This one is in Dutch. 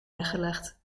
weggelegd